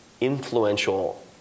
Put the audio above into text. influential